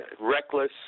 reckless